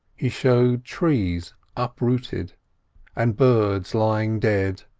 he showed trees uprooted and birds lying dead,